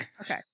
Okay